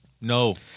No